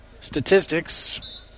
statistics